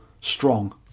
strong